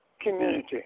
community